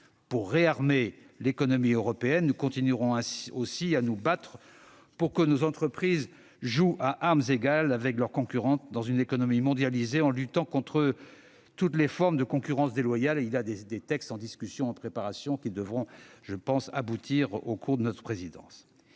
Pour réarmer l'économie européenne, nous continuerons aussi à nous battre pour que nos entreprises jouent à armes égales avec leurs concurrentes dans une économie mondialisée, en luttant contre toutes les formes de concurrence déloyale. Des textes sont en préparation ; ils devraient aboutir au cours de notre présidence.